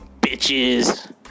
Bitches